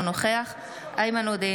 אינו נוכח איימן עודה,